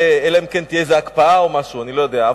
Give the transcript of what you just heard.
אלא אם כן תהיה איזו הקפאה או משהו, אני לא יודע.